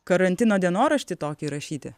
karantino dienoraštį tokį rašyti